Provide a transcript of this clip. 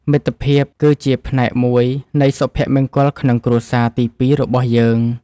មិត្តភាពគឺជាផ្នែកមួយនៃសុភមង្គលក្នុងគ្រួសារទីពីររបស់យើង។